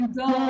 go